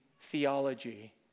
theology